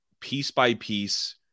piece-by-piece